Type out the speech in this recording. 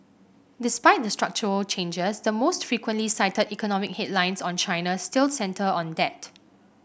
despite the structural changes the most frequently cited economic headlines on China still centre on debt